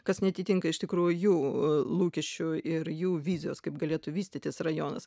kas neatitinka iš tikro jų lūkesčių ir jų vizijos kaip galėtų vystytis rajonas